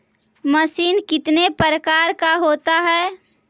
Machine कितने प्रकार का होता है?